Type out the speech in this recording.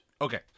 okay